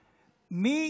מי יערוב